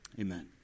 amen